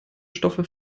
stoffe